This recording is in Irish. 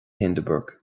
hindeberg